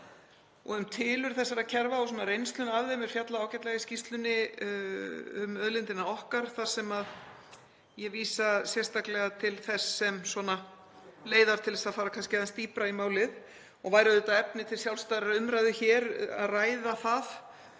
og um tilurð þessara kerfa og reynsluna af þeim er fjallað ágætlega í skýrslu Auðlindarinnar okkar þar sem ég vísa sérstaklega til þess sem leiðar til að fara kannski aðeins dýpra í málið. Það væri svo auðvitað efni til sjálfstæðrar umræðu hér að ræða það